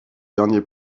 dernier